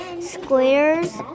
squares